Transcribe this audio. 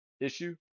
issue